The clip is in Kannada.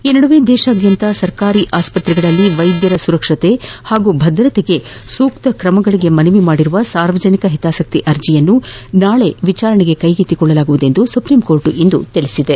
ಈ ನಡುವೆ ದೇಶಾದ್ಯಂತ ಸರ್ಕಾರಿ ಆಸ್ಪತ್ರೆಗಳಲ್ಲಿ ವೈದ್ಯರ ಸುರಕ್ಷತೆ ಹಾಗೂ ಭದ್ರತೆಗೆ ಸೂಕ್ತ ಕ್ರಮಕ್ಕೆ ಮನವಿ ಮಾಡಿರುವ ಸಾರ್ವಜನಿಕ ಹಿತಾಸಕ್ತಿ ಅರ್ಜಿಯನ್ನು ನಾಳೆ ವಿಚಾರಣೆಗೆ ಕೈಗೆತ್ತಿಕೊಳ್ಳುವುದಾಗಿ ಸುಪ್ರೀಂ ಕೋರ್ಟ್ ಇಂದು ತಿಳಿಸಿದೆ